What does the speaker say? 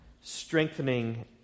Strengthening